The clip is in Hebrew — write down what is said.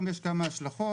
יש כמה השלכות: